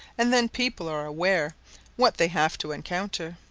and then people are aware what they have to encounter.